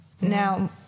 Now